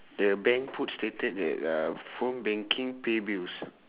the bank put stated at uh phone banking pay bills